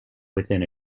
within